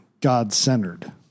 God-centered